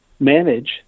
manage